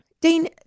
Dean